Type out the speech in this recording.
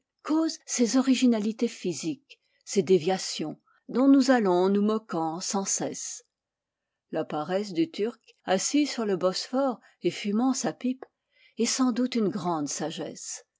cause ces originalités physiques ces déviations dont nous allons nous moquant sans cesse la paresse du turc assis sur le bosphore et fumant sa pipe est sans doute une grande sagesse